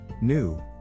New